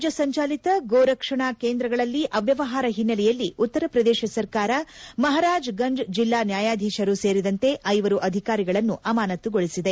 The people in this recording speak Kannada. ರಾಜ್ಯ ಸಂಜಾಲಿತ ಗೋರಕ್ಷಣಾ ಕೇಂದ್ರಗಳಲ್ಲಿ ಅವ್ಯವಹಾರ ಓನ್ನೆಲೆಯಲ್ಲಿ ಉತ್ತರ ಪ್ರದೇಶ ಸರ್ಕಾರ ಮಹಾರಾಜ್ ಗಂಜ್ ಜಿಲ್ಲಾ ನ್ಲಾಯಾಧೀಶರೂ ಸೇರಿದಂತೆ ಐವರು ಅಧಿಕಾರಿಗಳನ್ನು ಅಮಾನತುಗೊಳಿಸಿದೆ